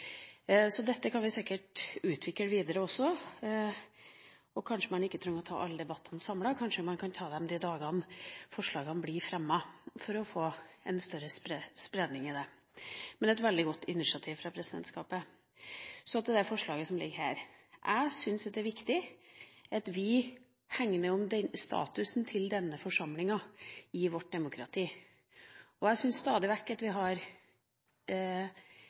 Dette kan vi sikkert utvikle videre også. Kanskje man ikke trenger å ta alle debattene samlet, kanskje man kan ta debatten på de dagene forslagene blir fremmet for å få en større spredning av dem. Men det er et veldig godt initiativ fra presidentskapet. Så til det forslaget som ligger her. Jeg syns det er viktig at vi hegner om statusen til denne forsamlinga i vårt